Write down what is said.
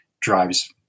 drives